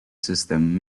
system